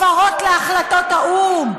הפרות להחלטות האו"ם,